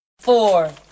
Four